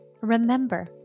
remember